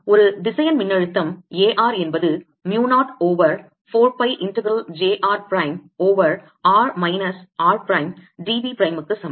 ஒரு திசையன் மின்னழுத்தம் A r என்பது mu 0 over 4 pi integral j r prime over r minus r prime d v prime க்கு சமம்